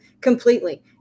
completely